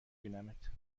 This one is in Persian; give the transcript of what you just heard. بینمت